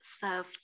serve